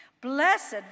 Blessed